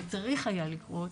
שצריך היה לקרות